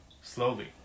slowly